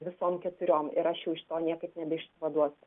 visom keturiom ir aš jau iš to niekaip nebeišvaduosiu